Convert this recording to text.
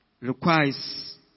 requires